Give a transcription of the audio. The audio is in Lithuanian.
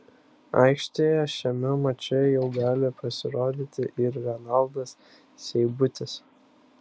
aikštėje šiame mače jau gali pasirodyti ir renaldas seibutis